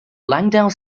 langdale